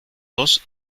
dos